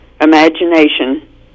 imagination